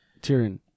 Tyrion